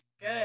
good